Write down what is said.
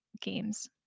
games